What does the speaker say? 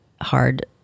hard